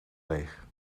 leeg